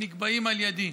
הנקבעים על ידי.